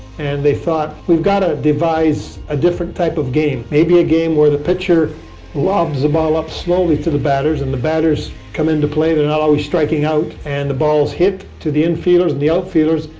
and they thought we've got to devise a different type of game. maybe a game where the pitcher lobs the ball up slowly to the batters, and the batters come in to play, they're not always striking out, and the balls hit to the infielders, and the outfielders,